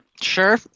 sure